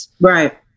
Right